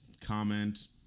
comment